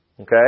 Okay